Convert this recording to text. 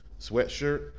sweatshirt